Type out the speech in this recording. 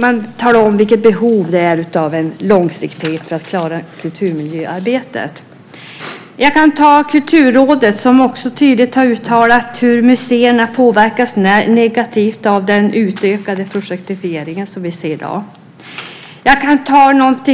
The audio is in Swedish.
Man talar om behovet av långsiktighet för att klara kulturmiljöarbetet. Kulturrådet har också tydligt uttalat hur museerna påverkas negativt av den utökade projektifiering vi ser i dag. Jag kan nämna att